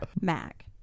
Mac